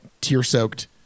tear-soaked